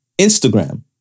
Instagram